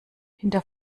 hinter